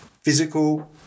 physical